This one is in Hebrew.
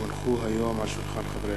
כי הונחו היום על שולחן הכנסת,